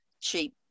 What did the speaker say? cheap